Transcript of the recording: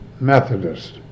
Methodist